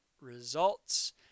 results